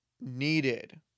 needed